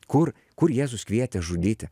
kur kur jėzus kvietė žudyti